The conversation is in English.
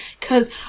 Cause